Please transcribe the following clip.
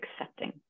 accepting